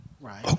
Right